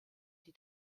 die